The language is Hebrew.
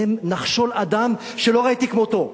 נחשול אדם שלא ראיתי כמותו,